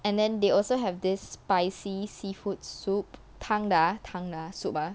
and then they also have this spicy seafood soup tang da tang law soup ah